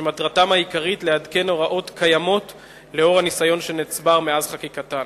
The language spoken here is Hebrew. שמטרתם העיקרית לעדכן הוראות קיימות לאור הניסיון שנצבר מאז חקיקתן.